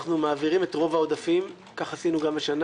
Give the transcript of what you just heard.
אנחנו מעבירים את רוב העודפים כך עשינו גם השנה,